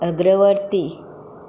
अग्रवर्ती